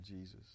Jesus